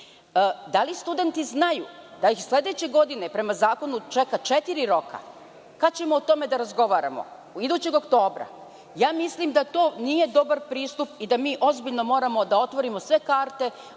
li studenti znaju da ih sledeće godine prema zakonu čeka četiri roka? Kada ćemo o tome da razgovarao? Idućeg oktobra? Mislim da to nije dobar pristup i da mi moramo ozbiljno da otvorimo sve karte.